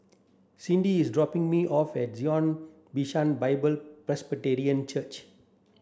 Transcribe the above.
Cindy is dropping me off at Zion Bishan Bible Presbyterian Church